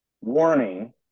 warning